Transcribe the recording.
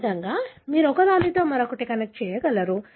ఆ విధంగా మీరు ఒకదానితో మరొకటి కనెక్ట్ చేయగలరు